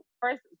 First